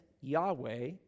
Yahweh